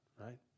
right